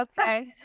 okay